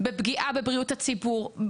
בפגיעה בבריאות הציבור,